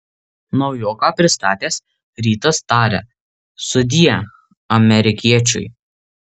naujoką pristatęs rytas taria sudie amerikiečiui